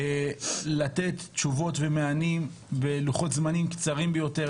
לתת תשובות ומענה בלוחות זמנים קצרים ביותר,